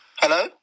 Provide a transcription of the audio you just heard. Hello